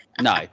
No